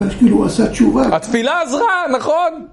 כאילו הוא עשה תשובה. התפילה עזרה, נכון?